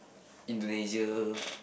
Indonesia